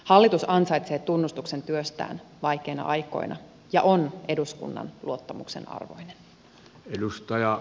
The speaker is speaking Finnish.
hallitus ansaitsee tunnustuksen työstään vaikeina aikoina ja on eduskunnan luottamuksen arvoinen